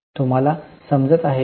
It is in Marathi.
तुला हे समजत आहे का